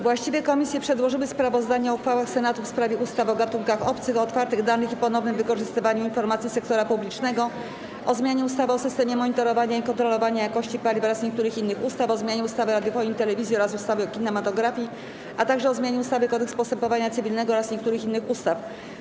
Właściwe komisje przedłożyły sprawozdania o uchwałach Senatu w sprawie ustaw: - o gatunkach obcych, - o otwartych danych i ponownym wykorzystywaniu informacji sektora publicznego, - o zmianie ustawy o systemie monitorowania i kontrolowania jakości paliw oraz niektórych innych ustaw, - o zmianie ustawy o radiofonii i telewizji oraz ustawy o kinematografii, - o zmianie ustawy - Kodeks postępowania cywilnego oraz niektórych innych ustaw.